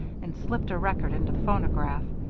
and slipped a record into the phonograph.